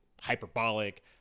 hyperbolic